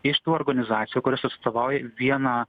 iš tų organizacijų kurios atstovauja vieną